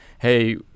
hey